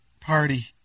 party